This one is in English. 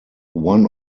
one